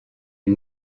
une